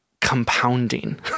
compounding